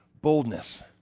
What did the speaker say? boldness